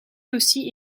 aussi